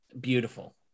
beautiful